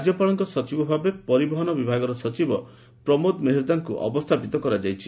ରାଜ୍ୟପାଳଙ୍କ ସଚିବ ଭାବେ ପରିବହନ ବିଭାଗର ସଚିବ ପ୍ରମୋଦ ମେହେର୍ଦ୍ଦାଙ୍କୁ ଅବସ୍ସାପିତ କରାଯାଇଛି